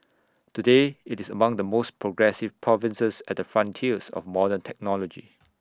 today IT is among the most progressive provinces at the frontiers of modern technology